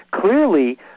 clearly